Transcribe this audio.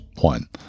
one